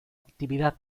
actividad